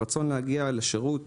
הרצון להגיע לשירות